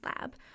lab